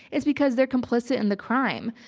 it's because they're complicit in the crime.